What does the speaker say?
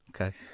Okay